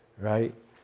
right